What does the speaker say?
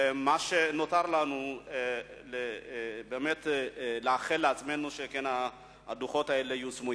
ומה שנותר לנו באמת זה לאחל לעצמנו שאכן הדוחות האלה ייושמו.